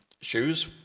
shoes